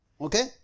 Okay